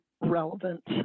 relevant